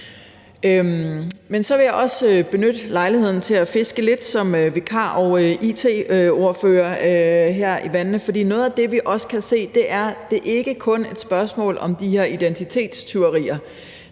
Men så vil jeg også benytte lejligheden til at fiske lidt her i vandene som vikar og it-ordfører. For noget af det, vi også kan se, er, at det ikke kun er et spørgsmål om de her identitetstyverier.